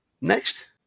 Next